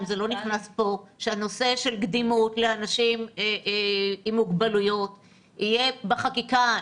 שהנושא של קדימות לאנשים עם מוגבלויות יהיה בחקיקה.